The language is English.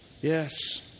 Yes